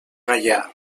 gaià